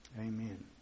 Amen